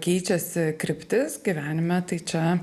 keičiasi kryptis gyvenime tai čia